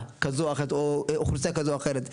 כזו או אחרת או אוכלוסייה כזו או אחרת,